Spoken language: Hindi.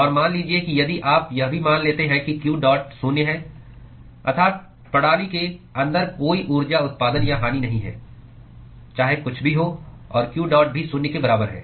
और मान लीजिए कि यदि आप यह भी मान लेते हैं कि q डॉट शून्य है अर्थात प्रणाली के अंदर कोई ऊर्जा उत्पादन या हानि नहीं है चाहे कुछ भी हो और q डॉट भी शून्य के बराबर है